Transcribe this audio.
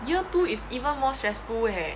year two is even more stressful leh